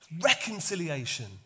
Reconciliation